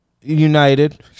United